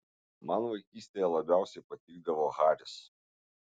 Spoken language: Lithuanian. man vaikystėje labiausiai patikdavo haris